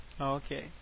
Okay